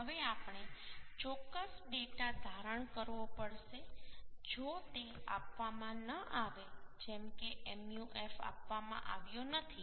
હવે આપણે ચોક્કસ ડેટા ધારણ કરવો પડશે જો તે આપવામાં ન આવે જેમ કે Mu f આપવામાં આવ્યો નથી